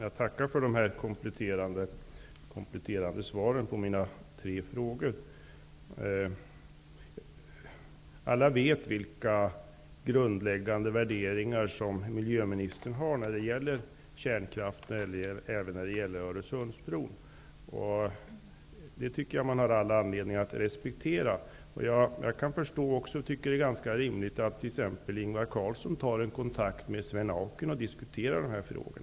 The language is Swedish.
Fru talman! Jag tackar för de kompletterande svaren på mina tre frågor. Alla vet vilka grundläggande värderingar som miljöministern har när det gäller kärnkraft och Öresundsbron. Det har man all anledning att respektera. Jag kan förstå och tycka att det är rimligt att t.ex. Ingvar Carlsson tar kontakt med Svend Auken för att diskutera dessa frågor.